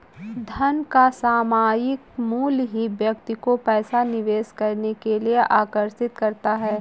धन का सामायिक मूल्य ही व्यक्ति को पैसा निवेश करने के लिए आर्कषित करता है